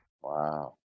Wow